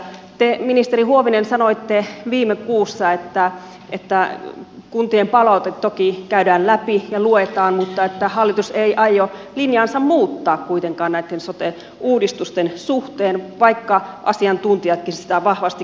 te ministeri huovinen sanoitte viime kuussa että kuntien palaute toki käydään läpi ja luetaan mutta että hallitus ei aio linjaansa muuttaa kuitenkaan näitten sote uudistusten suhteen vaikka asiantuntijatkin sitä vahvasti kritisoivat